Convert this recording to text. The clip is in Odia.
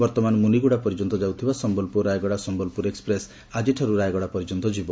ବର୍ଉମାନ ମୁନିଗୁଡ଼ା ପର୍ଯ୍ୟନ୍ତ ଯାଉଥିବା ସମ୍ୟଲପୁର ରାୟଗଡ଼ା ସମ୍ୟଲପୁର ଏକୁପ୍ରେସ୍ ଆକିଠାରୁ ରାୟଗଡ଼ା ପର୍ଯ୍ୟନ୍ତ ଯିବ